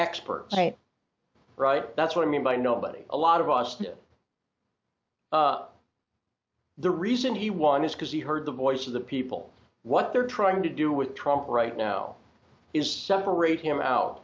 expert right that's what i mean by nobody a lot of us that the reason he won is because he heard the voice of the people what they're trying to do with trump right now is separate him out